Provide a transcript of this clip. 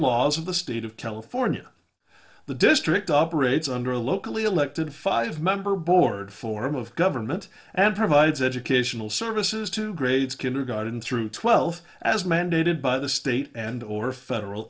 laws of the state of california the district operates under a locally elected five member board form of government and provides educational services to grades kindergarten through twelfth as mandated by the state and or federal